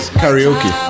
karaoke